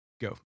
go